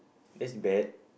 that's bad